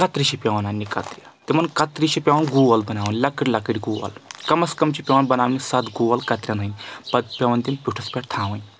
کترِ چھِ پؠوان اَننہِ کَترِ تِمن کترِ چھِ پؠوان گول بناوٕنۍ لَکٕٹۍ لکٕٹۍ گول کم از کم چھِ پؠوان بناونہِ ستھ گول کَترٮ۪ن ہٕنٛدۍ پتہٕ پؠوان تِم پیُوٚٹھُس پؠٹھ تھاوٕنۍ